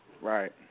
Right